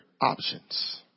options